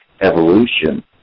evolution